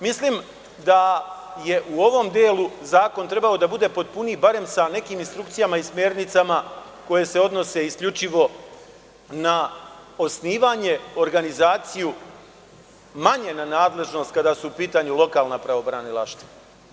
Mislim da je u ovom delu zakon trebao da bude potpuniji, barem sa nekim instrukcijama i smernicama koje se odnose isključivo na osnivanje, organizaciju, a manje na nadležnost kada su u pitanju lokalna pravobranilaštva.